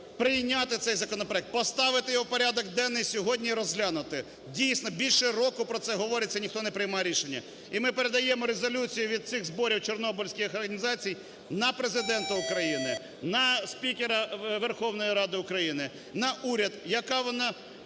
прийняти цей законопроект, поставити його в порядок денний сьогодні і розглянути. Дійсно більше року про це говориться, ніхто не приймає рішення. І ми передаємо резолюцію від цих зборів чорнобильських організацій на Президента України, на спікера Верховної Ради України, на уряд, яка вона,